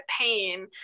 pain